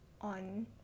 on